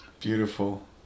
Beautiful